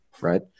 right